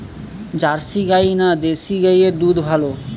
Jersey গাই না দেশী গাইয়ের দুধ ভালো?